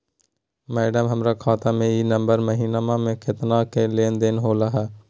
madam, हमर खाता में ई नवंबर महीनमा में केतना के लेन देन होले है